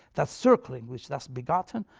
that circling which, thus begotten,